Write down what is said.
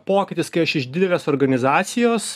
pokytis kai aš iš didelės organizacijos